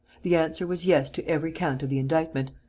the answer was yes to every count of the indictment,